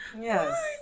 Yes